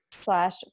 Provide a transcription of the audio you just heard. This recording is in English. slash